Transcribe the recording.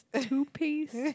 two-piece